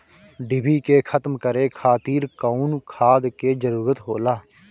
डिभी के खत्म करे खातीर कउन खाद के जरूरत होला?